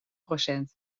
procent